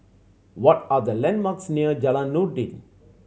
what are the landmarks near Jalan Noordin